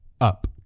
up